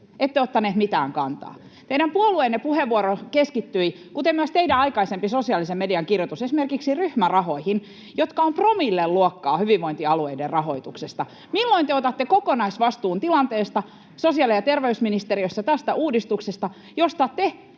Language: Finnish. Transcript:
Ette ottanut mitään kantaa. Teidän puolueenne puheenvuoro keskittyi, kuten myös teidän aikaisempi sosiaalisen median kirjoituksenne, esimerkiksi ryhmärahoihin, jotka ovat promillen luokkaa hyvinvointialueiden rahoituksesta. Milloin te otatte kokonaisvastuun tilanteesta sosiaali- ja terveysministeriössä, tästä uudistuksesta, josta te